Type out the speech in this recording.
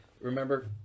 remember